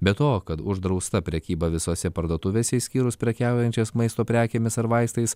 be to kad uždrausta prekyba visose parduotuvėse išskyrus prekiaujančias maisto prekėmis ar vaistais